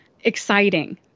exciting